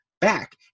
back